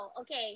Okay